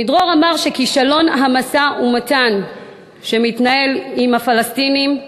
עמידרור אמר שכישלון המשא-ומתן שמתנהל עם הפלסטינים,